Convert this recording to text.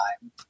time